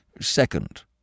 Second